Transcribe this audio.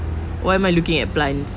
why am I looking at plants